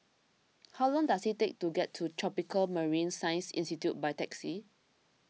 how long does it take to get to Tropical Marine Science Institute by taxi